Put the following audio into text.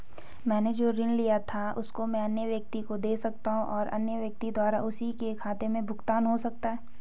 मैंने जो ऋण लिया था उसको मैं अन्य व्यक्ति को दें सकता हूँ और अन्य व्यक्ति द्वारा उसी के खाते से भुगतान हो सकता है?